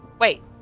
Wait